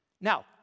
Now